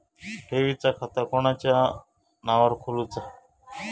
ठेवीचा खाता कोणाच्या नावार खोलूचा?